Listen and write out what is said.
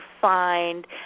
find